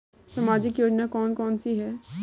सामाजिक योजना कौन कौन सी हैं?